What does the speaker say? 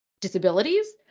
disabilities